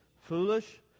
foolish